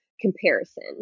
comparison